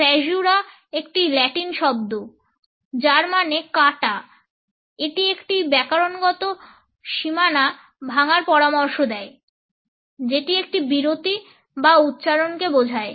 caesura একটি Latin শব্দ যার মানে কাটা এটি একটি ব্যাকরণগত সীমানা ভাঙার পরামর্শ দেয় যেটি একটি বিরতি যা উচ্চারণকে বোঝায়